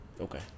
okay